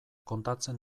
kontatzen